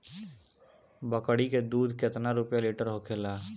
बकड़ी के दूध केतना रुपया लीटर होखेला?